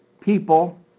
people